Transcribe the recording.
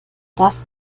das